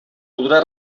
podrà